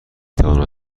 توانم